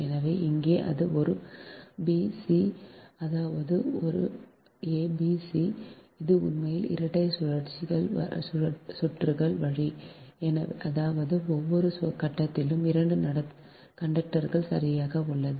எனவே இங்கே அது ஒரு a b c அதாவது இது உண்மையில் இரட்டை சுற்றுகள் வரி அதாவது ஒவ்வொரு கட்டத்திலும் 2 கண்டக்டர்கள் சரியாக உள்ளது